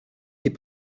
les